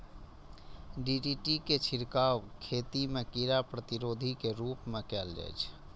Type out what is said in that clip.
DDT के छिड़काव खेती मे कीड़ा प्रतिरोधी के रूप मे कैल जाइ छै